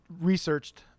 researched